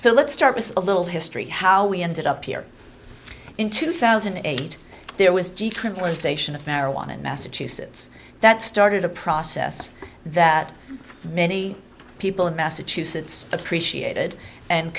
so let's start with a little history how we ended up here in two thousand and eight there was decriminalization of marijuana in massachusetts that started a process that many people in massachusetts appreciated and